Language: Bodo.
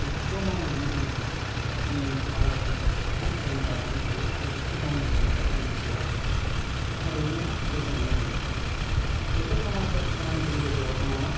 बेफोरखौ मावनानै आङो आंनि आलांगा समफोरखौ जोबोर मोजाङै बारहोनो हायो आरो बेफोरखौ मावनो मोनोब्ला आंनि गोसोआ थारैनो गोजोन्नाय मोनो बेफोर खामानिफोरनि गेजेराव दङ